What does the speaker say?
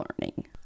learning